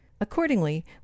Accordingly